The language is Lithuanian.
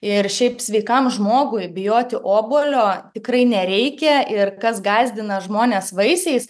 ir šiaip sveikam žmogui bijoti obuolio tikrai nereikia ir kas gąsdina žmones vaisiais